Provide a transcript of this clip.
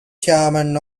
chairman